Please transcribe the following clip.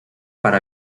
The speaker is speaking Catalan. per